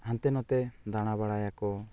ᱦᱟᱱᱛᱮ ᱱᱚᱛᱮ ᱫᱟᱬᱟ ᱵᱟᱲᱟᱭᱟᱠᱚ